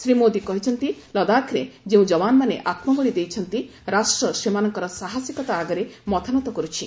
ଶ୍ରୀ ମୋଦୀ କହିଛନ୍ତି ଲଦାଖରେ ଯେଉଁ ଯବାନମାନେ ଆତ୍ମବଳୀ ଦେଇଛନ୍ତି ରାଷ୍ଟ୍ର ସେମାନଙ୍କର ସାହସିକତା ଆଗରେ ମଥାନତ କରୁଛି